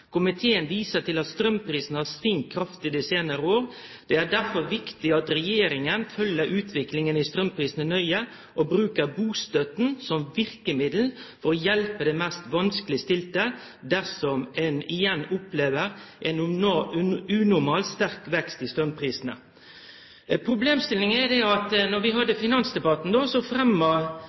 Komiteen viser til at strømprisene har svingt kraftig de senere år. Det er derfor viktig at regjeringen følger utviklingen i strømprisene nøye, og bruker bostøtten som virkemiddel for å hjelpe de mest vanskeligstilte dersom en igjen opplever en unormal sterk vekst i strømprisene.» Problemstillinga er at då vi hadde finansdebatten,